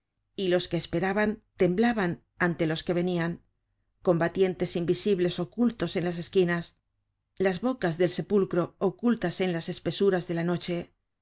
y los que esperaban temblaban ante los que venian combatientes invisibles ocultos en las esquinas las bocas del sepulcro ocultas en las espesuras de la noche